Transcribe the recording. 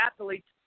athletes